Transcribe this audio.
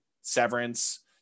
Severance